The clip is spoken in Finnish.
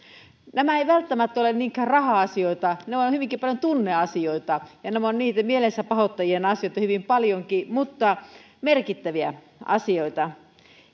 nämä eivät välttämättä ole niinkään raha asioita ne voivat olla hyvinkin paljon tunneasioita ja nämä ovat niitä mielensäpahoittajien asioita hyvinkin paljon mutta merkittäviä asioita